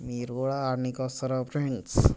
మీరు కూడా ఆడనీకి వస్తారా ఫ్రెండ్స్